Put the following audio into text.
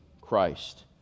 Christ